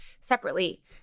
separately